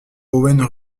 owen